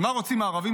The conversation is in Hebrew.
ומה רוצים הערבים?